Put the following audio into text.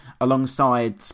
alongside